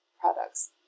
products